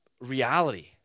reality